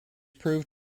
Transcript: proved